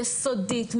יסודית,